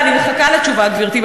אני מחכה לתשובה, גברתי.